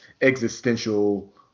existential